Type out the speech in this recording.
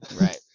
Right